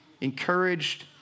encouraged